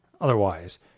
Otherwise